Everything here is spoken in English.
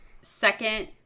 second